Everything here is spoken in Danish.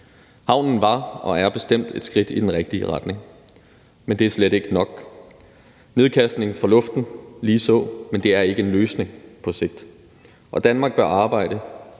Havnen var og er bestemt et skridt i den rigtige retning, men det er slet ikke nok. Det er nedkastning fra luften ligeså, men det er ikke en løsning på sigt. Og Danmark bør arbejde,